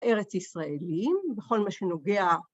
ארץ ישראלים בכל מה שנוגע